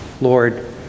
Lord